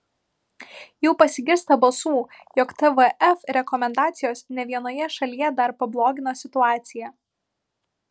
jau pasigirsta balsų jog tvf rekomendacijos ne vienoje šalyje dar pablogino situaciją